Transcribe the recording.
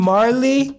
Marley